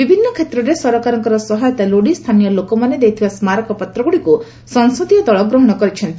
ବିଭିନ୍ନ କ୍ଷେତ୍ରରେ ସରକାରଙ୍କର ସହାୟତା ଲୋଡ଼ି ସ୍ଥାନୀୟ ଲୋକମାନେ ଦେଇଥିବା ସ୍କାରକପତ୍ରଗୁଡ଼ିକୁ ସଂସଦୀୟ ଦଳ ଗ୍ରହଣ କରିଛନ୍ତି